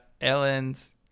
Ellen's